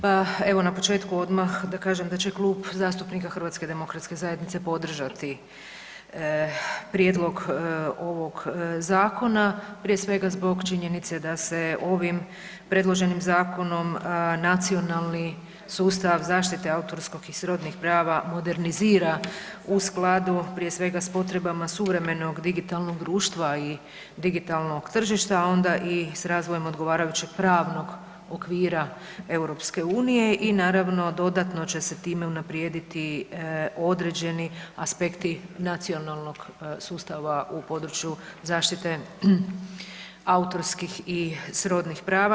Pa evo na početku odmah da kažem da će Klub zastupnika HDZ-a podržati prijedlog ovog zakona, prije svega zbog činjenice da se ovim predloženim zakonom nacionalni sustav zaštite autorskog i srodnih prava modernizira u skladu prije svega s potrebama suvremenog digitalnog društva i digitalnog tržišta, a onda i s razvojem odgovarajućeg pravnog okvira EU i naravno dodatno će se time unaprijediti određeni aspekti nacionalnog sustava u području zaštite autorskih i srodnih prava.